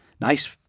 nice